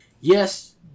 yes